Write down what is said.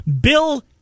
Bill